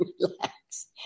relax